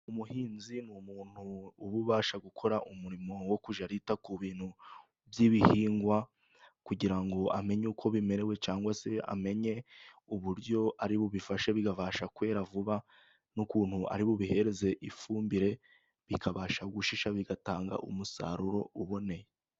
Umuhinzi ni umuntu uba abasha gukora umurimo wo kujya yita ku bintu by'ibihingwa, kugira ngo amenye uko bimerewe cyangwa se amenye uburyo ari bubifashe, bigafasha kwera vuba, n'ukuntu ari bubihe ifumbire bikabasha gushisha bigatanga umusaruro uboneye.